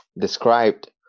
described